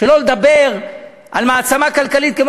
שלא לדבר על כך שמעצמה כלכלית כמו